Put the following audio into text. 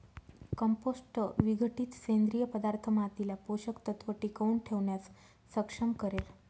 compost विघटित सेंद्रिय पदार्थ मातीला पोषक तत्व टिकवून ठेवण्यास सक्षम करेल